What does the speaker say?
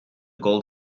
gold